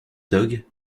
dogue